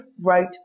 wrote